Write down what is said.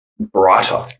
brighter